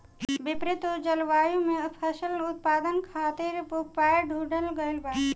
विपरीत जलवायु में फसल उत्पादन खातिर उपाय ढूंढ़ल गइल बा